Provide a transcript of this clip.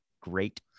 Great